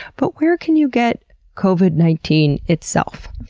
but where can you get covid nineteen itself?